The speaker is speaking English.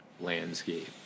landscape